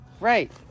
Right